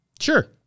Sure